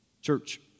Church